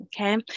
okay